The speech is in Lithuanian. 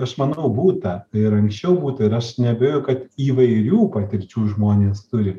aš manau būta ir anksčiau būta ir aš neabejoju kad įvairių patirčių žmonės turi